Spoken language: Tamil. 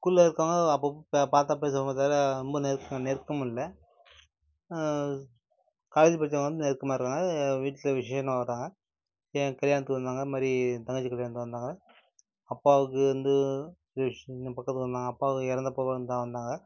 ஸ்கூலில் இருக்கறவங்க அப்பப்போ ப பார்த்தா பேசுவாங்களே தவிர ரொம்ப நெருக்கம் நெருக்கமாக இல்லை காலேஜ் படித்தவங்க வந்து நெருக்கமாக இருக்காங்க என் வீட்டில் விஷயம்னா வராங்க என் கல்யாணத்துக்கு வந்தாங்க அதுமாதிரி என் தங்கச்சி கல்யாணத்துக்கு வந்தாங்க அப்பாவுக்கு வந்து ஆப்ரேஷனுக்கு பக்கத்தில் இருந்தாங்க அப்பா இறந்தப்ப கூ வந்தால் வந்தாங்க